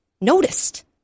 noticed